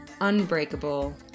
unbreakable